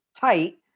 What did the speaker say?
tight